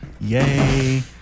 Yay